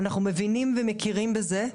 אנחנו מבינים ומכירים בזה,